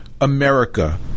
America